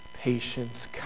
patience